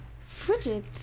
Frigid